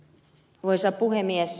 arvoisa puhemies